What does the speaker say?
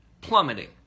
plummeting